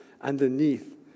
underneath